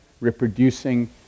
reproducing